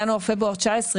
ינואר-פברואר 2019,